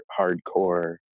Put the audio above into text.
hardcore